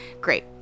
great